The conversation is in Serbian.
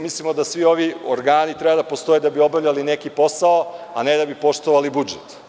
Mislimo da svi ovi organi postoje da bi obavljali neki posao, a ne da bi poštovali budžet.